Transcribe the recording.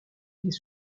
les